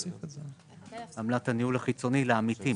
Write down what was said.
עמלת הניהול החיצוני לעמיתים?